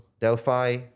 Delphi